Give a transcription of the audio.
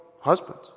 husbands